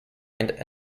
and